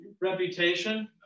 reputation